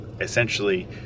essentially